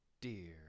dear